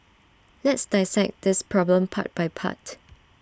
let's dissect this problem part by part